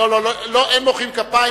אין מוחאים כפיים,